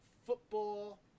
football